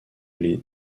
les